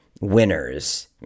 winners